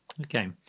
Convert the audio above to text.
Okay